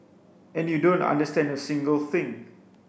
and you don't understand a single thing